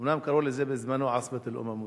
אומנם קראו לזה בזמנו עֻצְבַּת אל-אֻמַם אל-מֻתַחִדַה.